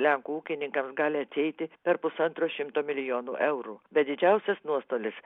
lenkų ūkininkams gali atsieiti per pusantro šimto milijonų eurų bet didžiausias nuostolis